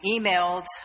emailed